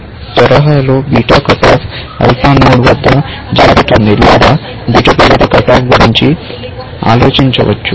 ఇదే తరహాలో beta cut off alpha node వద్ద జరుగుతుంది లేదా బీటా ప్రేరిత కట్ ఆఫ్ గురించి ఆలోచించవచ్చు